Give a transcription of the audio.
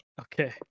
Okay